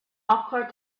occur